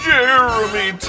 Jeremy